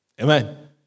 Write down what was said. Amen